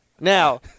now